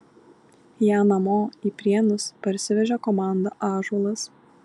ją namo į prienus parsivežė komanda ąžuolas